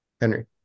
Henry